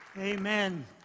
Amen